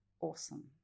awesome